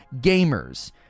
gamers